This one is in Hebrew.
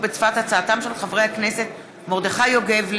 בהצעתם של חברי הכנסת מרדכי יוגב,